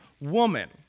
woman